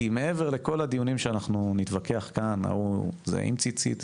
כי מעבר לכל הדיונים שאנחנו נתווכח כאן זה עם ציצית,